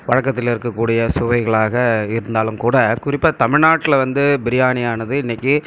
பழக்கத்தில் இருக்கக்கூடிய சுவைகளாக இருந்தாலும் கூட குறிப்பாக தமிழ்நாட்டில் வந்து பிரியாணியானது இன்னிக்கு